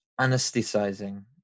anesthetizing